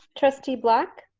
trustee black.